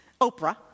Oprah